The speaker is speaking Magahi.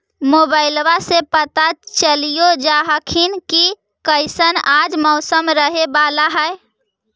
मोबाईलबा से पता चलिये जा हखिन की कैसन आज मौसम रहे बाला है?